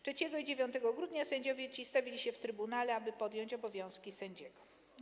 3 i 9 grudnia sędziowie ci stawili się w trybunale, aby podjąć obowiązki sędziego.